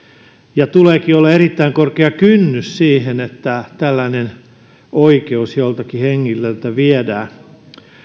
ja tuleekin olla erittäin korkea kynnys siihen että tällainen oikeus joltakin henkilöltä viedään